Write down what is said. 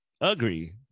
agree